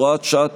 הוראת שעה,